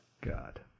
God